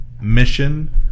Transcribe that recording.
mission